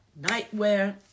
nightwear